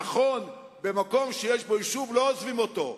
נכון, מקום שיש בו יישוב, לא עוזבים אותו.